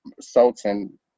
Sultan